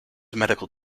medical